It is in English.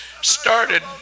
started